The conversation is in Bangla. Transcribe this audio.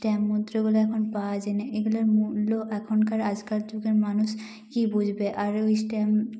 স্ট্যাম্প মুদ্রাগুলো এখন পাওয়া যায় না এগুলোর মূল্য এখনকার আজকার যুগের মানুষ কি বুঝবে আর ওই স্ট্যাম্প